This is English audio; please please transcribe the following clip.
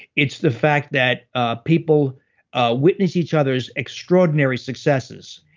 it's the fact that ah people ah witness each other's extraordinary successes,